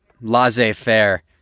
laissez-faire